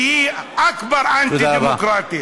שהיא אכבר אנטי-דמוקרטית.